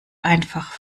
einfach